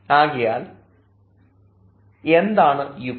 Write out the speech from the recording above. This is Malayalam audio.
ആകയാൽ എന്താണ് യുക്തി